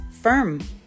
firm